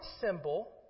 symbol